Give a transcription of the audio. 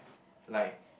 like